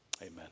amen